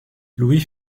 louis